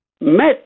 met